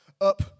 up